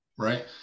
Right